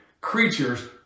Creatures